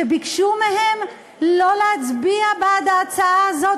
שביקשו מהם לא להצביע בעד ההצעה הזאת